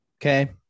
Okay